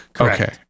Okay